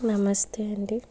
నమస్తే అండీ